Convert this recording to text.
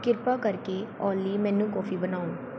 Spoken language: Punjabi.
ਕਿਰਪਾ ਕਰਕੇ ਓਲੀ ਮੈਨੂੰ ਕੌਫੀ ਬਣਾਉ